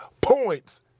points